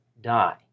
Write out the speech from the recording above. die